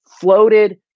floated